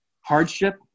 hardship